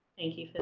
thank you so